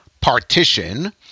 partition